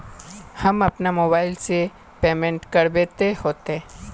हम अपना मोबाईल से पेमेंट करबे ते होते?